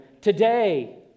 today